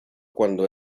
cuando